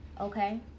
okay